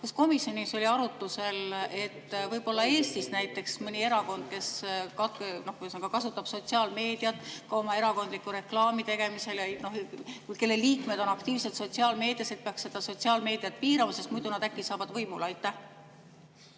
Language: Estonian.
Kas komisjonis oli arutusel, et võib-olla Eestis, kus mõni erakond kasutab ka sotsiaalmeediat oma erakonna reklaami tegemisel, kelle liikmed on aktiivselt sotsiaalmeedias, peaks seda sotsiaalmeediat piirama, sest muidu nad äkki saavad võimule?